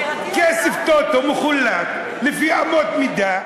יצירתיות, כסף טוטו מחולק לפי אמות מידה.